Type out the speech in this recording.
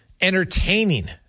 entertaining